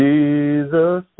Jesus